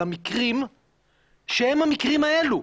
על המקרים שהם המקרים האלו,